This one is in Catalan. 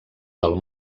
del